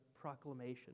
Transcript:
proclamation